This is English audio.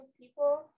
people